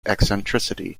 eccentricity